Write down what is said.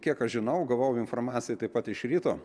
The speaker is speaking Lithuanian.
kiek aš žinau gavau informaciją taip pat iš ryto